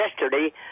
yesterday